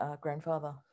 grandfather